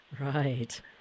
Right